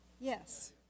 yes